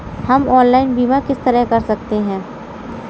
हम ऑनलाइन बीमा किस तरह कर सकते हैं?